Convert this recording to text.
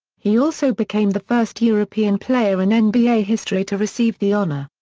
he also became the first european player in and nba history to receive the honor.